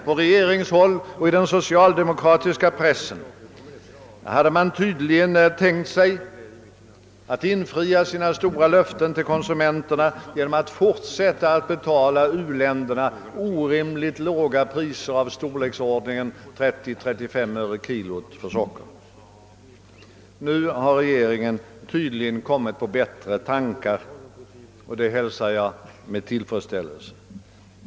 På regeringshåll och i den socialdemokratiska pressen hade man tydligen tänkt sig att infria sina stora löften till konsumenterna genom att fortsätta att betala u-länderna orimligt låga priser för socker, av storleksordningen 30—35 öre per kg. Nu har regeringen tydligen kommit på bättre tankar, och det hälsar jag med tillfredsställelse.